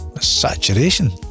saturation